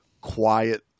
quiet